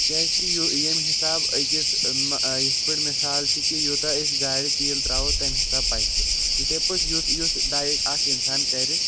کیٛازِ کہِ یوٗ ییٚمہِ حِسابہٕ أکِس یِتھٕ پٲٹھۍ مِثال چھِ کہِ یوٗتاہ أسۍ گاڑِ تیٖل ترٛاوَو تَمہِ حِسابہٕ پَکہِ سُہ یِتھٕے پٲٹھۍ یُتھ یُتتھ ڈایِٹ اَکھ اِنسان کرِ